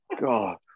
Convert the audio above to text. God